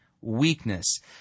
weakness